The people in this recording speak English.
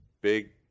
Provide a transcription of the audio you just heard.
big